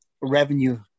revenue